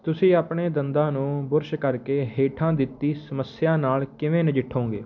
ਤੁਸੀਂ ਆਪਣੇ ਦੰਦਾਂ ਨੂੰ ਬੁਰਸ਼ ਕਰਕੇ ਹੇਠਾਂ ਦਿੱਤੀ ਸਮੱਸਿਆ ਨਾਲ ਕਿਵੇਂ ਨਜਿੱਠੋਂਗੇ